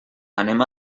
anem